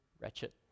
wretched